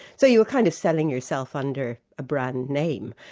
so you were kind of selling yourself under a brand name.